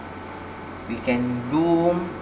we can do